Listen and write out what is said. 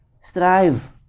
strive